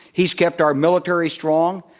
he's kept our military strong.